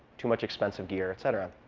too much expensive gear, et cetera.